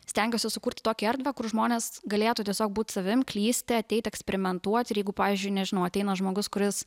stengiuosi sukurti tokį erdvę kur žmonės galėtų tiesiog būt savim klysti ateit eksperimentuot ir jeigu pavyzdžiui nežinau ateina žmogus kuris